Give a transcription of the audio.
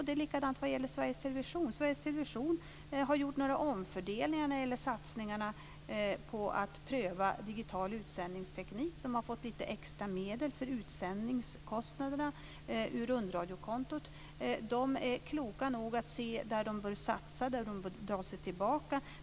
Det är likadant vad gäller Sveriges Television. Sveriges Television har gjort några omfördelningar när det gäller satsningarna på att pröva digital utsändningsteknik. De har fått lite extra medel för utsändningskostnaderna ur rundradiokontot. De är kloka nog att se var de bör satsa och var de bör dra sig tillbaka.